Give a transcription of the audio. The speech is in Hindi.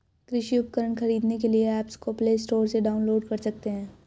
कृषि उपकरण खरीदने के लिए एप्स को प्ले स्टोर से डाउनलोड कर सकते हैं